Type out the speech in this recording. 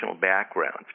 backgrounds